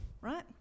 right